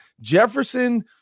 jefferson